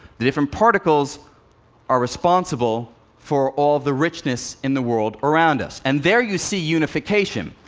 the different particles are responsible for all the richness in the world around us. and there you see unification,